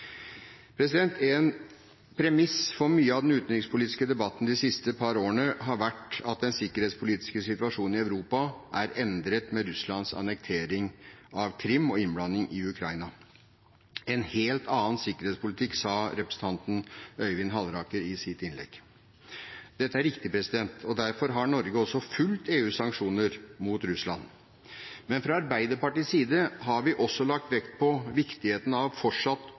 En premiss for mye av den utenrikspolitiske debatten de siste par årene har vært at den sikkerhetspolitiske situasjonen i Europa er endret med Russlands annektering av Krim og innblanding i Ukraina – «en helt annen sikkerhetssituasjon», sa representanten Øyvind Halleraker i sitt innlegg. Dette er riktig, og derfor har Norge også fulgt EUs sanksjoner mot Russland. Men fra Arbeiderpartiets side har vi også lagt vekt på viktigheten av fortsatt